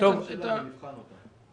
נבחן את ההצעה.